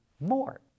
more